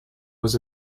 was